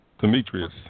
Demetrius